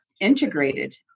integrated